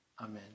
Amen